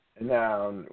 Now